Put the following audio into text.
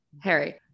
Harry